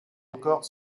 encore